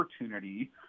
opportunity